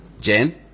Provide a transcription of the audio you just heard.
Jen